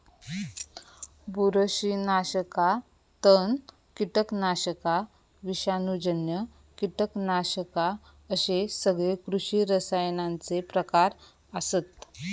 बुरशीनाशका, तण, कीटकनाशका, विषाणूजन्य कीटकनाशका अश्ये सगळे कृषी रसायनांचे प्रकार आसत